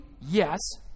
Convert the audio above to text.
Yes